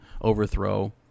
overthrow